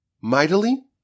mightily